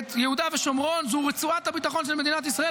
יהודה ושומרון היא רצועת הביטחון של מדינת ישראל,